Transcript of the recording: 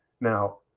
Now